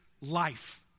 life